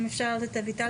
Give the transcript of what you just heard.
אם אפשר את אביטל